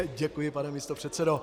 Děkuji, pane místopředsedo.